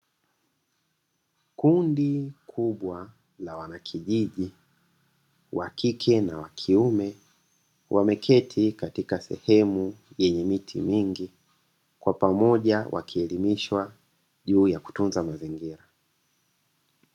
Kundi kubwa la wanakijiji wa kike na wa kiume wameketi katika sehemu yenye miti mingi, kwa pamoja wakielimishwa juu ya kutunza mazingira.